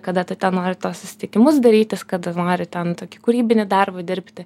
kada tu ten nori tuos susitikimus darytis kada nori ten tokį kūrybinį darbą dirbti